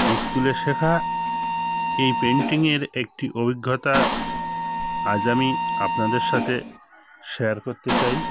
স্কুলে শেখা এই পেন্টিংয়ের একটি অভিজ্ঞতা আজ আমি আপনাদের সাথে শেয়ার করতে চাই